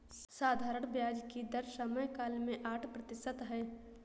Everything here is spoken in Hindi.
साधारण ब्याज की दर समयकाल में आठ प्रतिशत है